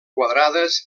quadrades